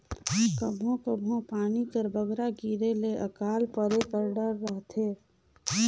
कभों कभों पानी कर बगरा गिरे ले अकाल परे कर डर रहथे